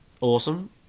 Awesome